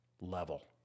level